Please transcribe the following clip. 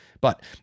But